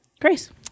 Grace